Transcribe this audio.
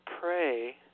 pray